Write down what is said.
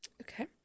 okay